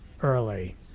early